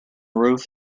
roof